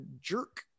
jerk